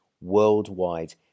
worldwide